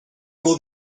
will